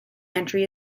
entry